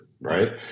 right